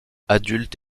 adulte